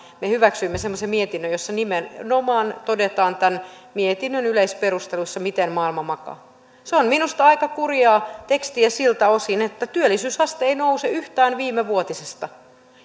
me hyväksyimme semmoisen mietinnön jossa nimenomaan todetaan tämän mietinnön yleisperusteluissa miten maailma makaa se on minusta aika kurjaa tekstiä siltä osin että työllisyysaste ei nouse yhtään viimevuotisesta